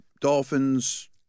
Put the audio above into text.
Dolphins